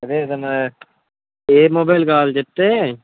అదే ఏదన్నా ఏ మొబైల్ కావాలో చెప్తే